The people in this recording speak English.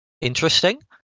interesting